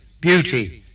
beauty